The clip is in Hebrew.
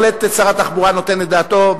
בהחלט שר התחבורה נותן את דעתו,